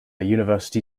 university